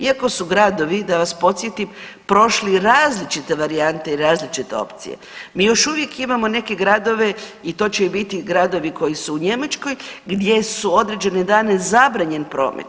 Iako su gradovi da vas podsjetim prošli različite varijante i različite opcije mi još uvijek imamo neke gradove i to će i biti gradovi koji su u Njemačkoj gdje su određene dane zabranjen promet.